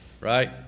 right